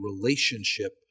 relationship